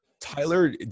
Tyler